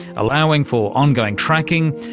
allowing for ongoing tracking,